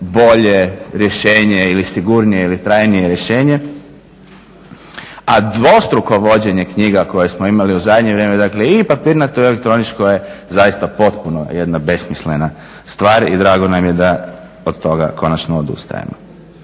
bolje rješenje ili sigurnije ili trajnije rješenje a dvostruko vođenje knjiga koje smo imali u zadnje vrijeme, dakle i papirnato i elektroničko je zaista potpuno jedna besmislena stvar. I drago nam je da od toga konačno odustajemo.